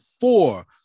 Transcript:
four